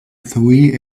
three